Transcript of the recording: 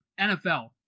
NFL